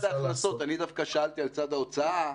אני דווקא שאלתי מצד ההוצאה.